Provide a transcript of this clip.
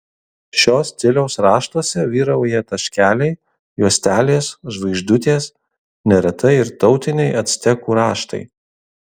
šio stiliaus raštuose vyrauja taškeliai juostelės žvaigždutės neretai ir tautiniai actekų raštai